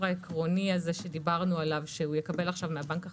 העקרוני שדיברנו עליו שיקבל מהבנק החדש,